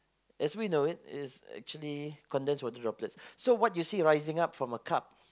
as we know it is actually condensed water droplets so what you see riding up from a cup